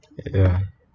ya